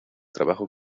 trabajo